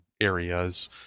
areas